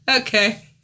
Okay